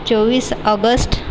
चोवीस ऑगस्ट